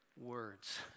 words